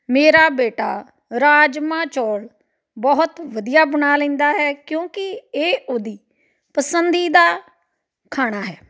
ਮੇਰਾ ਬੇਟਾ ਰਾਜਮਾਂਹ ਚੌਲ ਬਹੁਤ ਵਧੀਆ ਬਣਾ ਲੈਂਦਾ ਹੈ ਕਿਉਂਕਿ ਇਹ ਉਹਦੀ ਪਸੰਦੀਦਾ ਖਾਣਾ ਹੈ